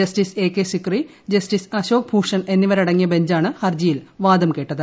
justice A K Sikri justice Ashok Bhushan എന്നിവരടങ്ങിയ ബഞ്ചാണ് ഹർജിയിൽ വാദം കേട്ടത്